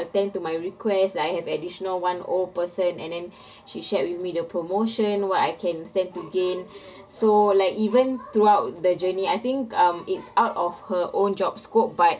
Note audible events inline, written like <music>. attend to my request that I have additional one old person and then <breath> she shared with me the promotion what I can stand to gain <breath> so like even throughout the journey I think um it's out of her own job scope but